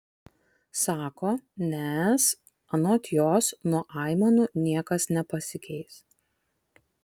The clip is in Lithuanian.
sako nes anot jos nuo aimanų niekas nepasikeis